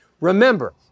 Remember